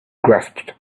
grasped